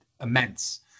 immense